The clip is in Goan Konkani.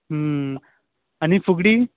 आनी फुगडी